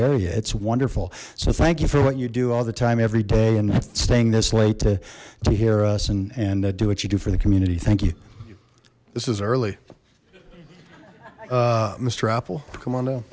area it's wonderful so thank you for what you do all the time every day and staying this late to to hear us and and do what you do for the community thank you this is early mister apple come on dow